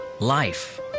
Life